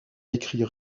écrit